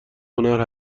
هنر